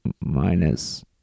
minus